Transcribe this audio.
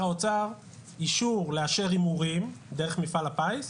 האוצר אישור לאשר הימורים דרך מפעל הפיס,